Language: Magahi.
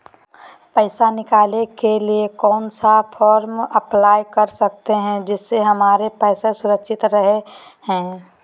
पैसा निकासी के लिए कौन सा फॉर्म अप्लाई कर सकते हैं जिससे हमारे पैसा सुरक्षित रहे हैं?